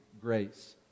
grace